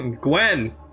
Gwen